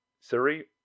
Siri